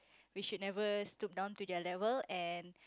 we should never stoop down to their level and